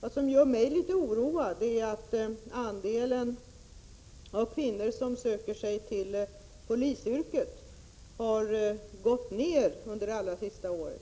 Vad som gör mig litet oroad är att andelen kvinnor som söker sig till polisyrket har gått ned under det allra sista året.